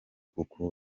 kuko